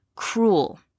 Cruel